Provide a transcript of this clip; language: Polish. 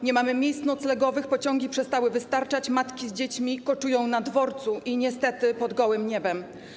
Nie mamy miejsc noclegowych, pociągi przestały wystarczać, matki z dziećmi koczują na dworcu i niestety pod gołym niebem.